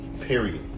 Period